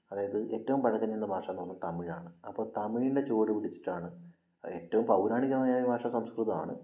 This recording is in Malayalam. അതായത് ഏറ്റവും പഴക്കംച്ചെന്ന ഭാഷയെന്ന് പറയുന്നത് തമിഴാണ് അപ്പോള് തമിഴിനെ ചുവടുപിടിച്ചിട്ടാണ് അത് ഏറ്റവും പൗരാണികമായ ഭാഷ സംസ്കൃതമാണ്